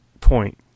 point